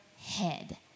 head